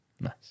Nice